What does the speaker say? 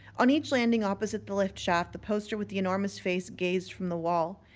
on each landing, opposite the lift-shaft, the poster with the enormous face gazed from the wall.